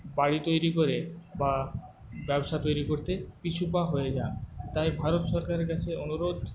বাড়ি তৈরি করে বা ব্যবসা তৈরি করতে পিছুপা হয়ে যান তাই ভারত সরকারের কাছে অনুরোধ